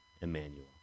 Emmanuel